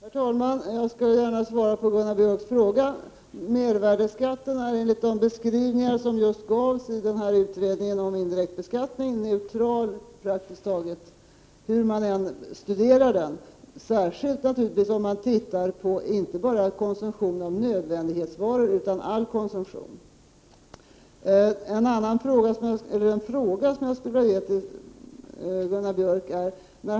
Herr talman! Jag skall gärna svara på Gunnar Björks fråga. Mervärdeskatten är, enligt de beskrivningar som gavs i utredningen om indirekt beskattning, neutral — praktiskt taget hur man än studerar den, och naturligtvis särskilt om man ser inte bara på konsumtionen av nödvändighetsvaror utan på all konsumtion. Jag skulle vilja ställa en fråga till Gunnar Björk.